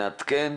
נעדכן,